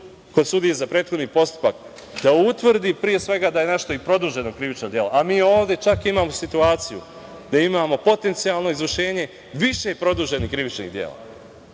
kod sudije za prethodni postupak da utvrdi, pre svega, da je nešto i produženo krivično delo. Mi, čak, imamo situaciju da imamo potencijalno izvršenje više produženih krivičnih dela.